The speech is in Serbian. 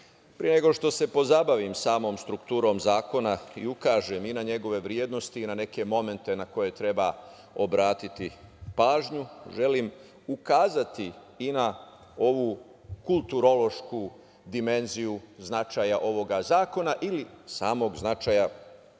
nego što se pozabavim samom strukturom zakona i ukažem i na njegove vrednosti i na neke momente na koje treba obratiti pažnju, želim ukazati i na ovu kulturološku dimenziju značaja ovog zakona ili samog značaja ove